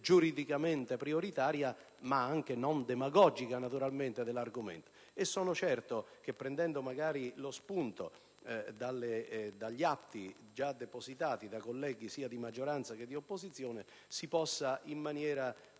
giuridicamente prioritaria, ma anche non demagogica. Sono certo che, prendendo magari lo spunto dagli atti già depositati dai colleghi sia di maggioranza che di opposizione, si possa in maniera